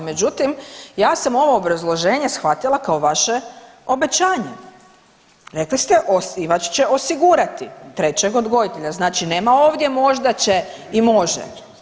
Međutim, ja sam ovo obrazloženje shvatila kao vaše obećanje, rekli ste osnivač će osigurati trećeg odgojitelja, znači nema ovdje možda će i može.